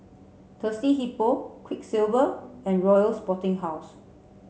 Thirsty Hippo Quiksilver and Royal Sporting House